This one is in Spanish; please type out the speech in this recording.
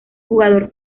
jugador